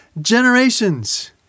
generations